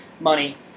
money